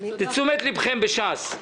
לתשומת לבכם בש"ס.